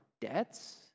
debts